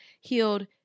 healed